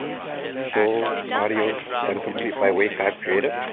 full audio done complete by wayfab creative.